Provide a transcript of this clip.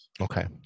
Okay